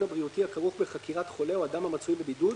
הבריאותי הכרוך בחקירת חולה או אדם המצוי בבידוד,